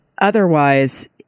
otherwise